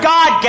God